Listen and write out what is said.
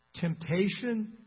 Temptation